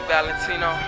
Valentino